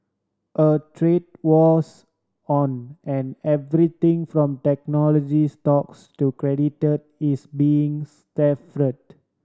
a trade war's on and everything from technology stocks to credit is being strafed